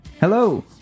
Hello